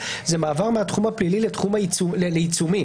שהיא חלה על מודעות בעיתונות ולוחות מודעות,